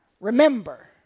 remember